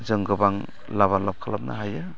जों गोबां लाबालाब खालामनो हायो